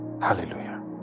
Hallelujah